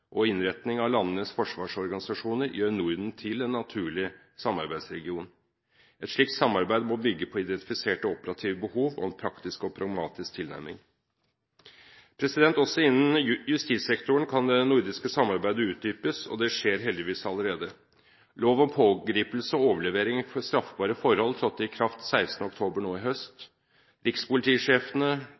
og innretning av landenes forsvarsorganisasjoner gjør Norden til en naturlig samarbeidsregion. Et slikt samarbeid må bygge på identifiserte operative behov og en praktisk og pragmatisk tilnærming. Også innen justissektoren kan det nordiske samarbeidet utdypes, og det skjer heldigvis allerede. Lov om pågripelse og overlevering for straffbare forhold trådte i kraft 16. oktober nå i høst. Rikspolitisjefene